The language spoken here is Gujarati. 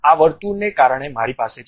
હવે આ વર્તુળને કારણે મારી પાસે છે